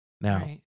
now